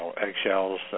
eggshells